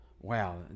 wow